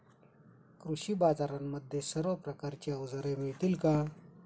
कृषी बाजारांमध्ये सर्व प्रकारची अवजारे मिळतील का?